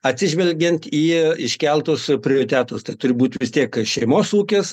atsižvelgiant į iškeltus prioritetus tai turi būti vis kas šeimos ūkis